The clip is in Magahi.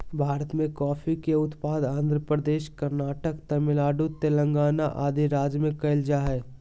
भारत मे कॉफी के उत्पादन आंध्र प्रदेश, कर्नाटक, तमिलनाडु, तेलंगाना आदि राज्य मे करल जा हय